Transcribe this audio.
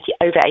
over